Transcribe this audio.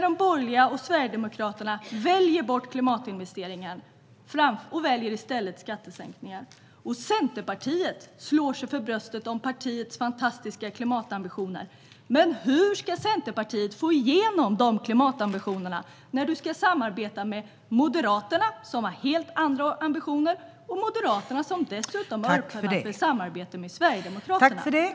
De borgerliga och Sverigedemokraterna väljer bort klimatinvesteringar och väljer i stället skattesänkningar. Centerpartiet slår sig för bröstet när det gäller partiets fantastiska klimatambitioner. Men hur ska Centerpartiet få igenom dessa när man samtidigt ska samarbeta med Moderaterna, som har helt andra ambitioner. Moderaterna har ju dessutom öppnat för samarbete med Sverigedemokraterna.